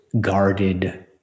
guarded